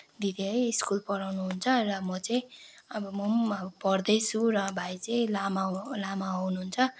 दिदी है स्कुल पढाउनुहुन्छ र म चाहिँ अब म पनि अब पढ्दै छु र भाइ चाहिँ लामा हो लामा हुनुहुन्छ